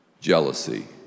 Jealousy